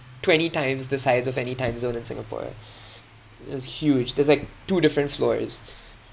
twenty times the size of any timezone in singapore it's huge there's like two different floors